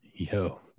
Yo